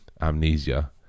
amnesia